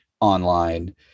online